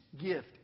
gift